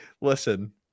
listen